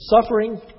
suffering